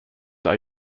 are